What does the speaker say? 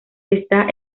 está